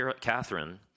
Catherine